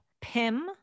Pim